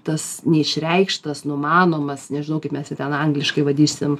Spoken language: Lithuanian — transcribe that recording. tas neišreikštas numanomas nežinau kaip mes ją ten angliškai vadyšsim